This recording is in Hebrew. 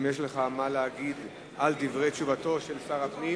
אם יש לך מה להגיד על דברי תשובתו של שר הפנים,